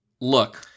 Look